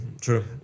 True